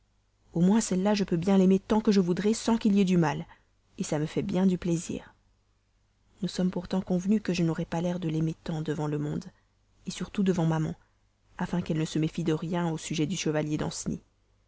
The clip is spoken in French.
au moins celle-là je peux bien l'aimer tant que je voudrai sans qu'il y ait du mal ça me fait bien du plaisir nous sommes pourtant convenues que je n'aurais pas l'air de l'aimer tant devant le monde surtout devant maman afin qu'elle ne se méfie de rien au sujet du chevalier danceny